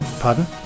pardon